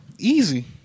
Easy